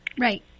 Right